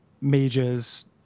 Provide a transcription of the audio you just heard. mages